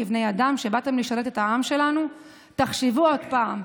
כבני אדם שבאו לשרת את העם שלנו: תחשבו עוד פעם.